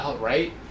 Right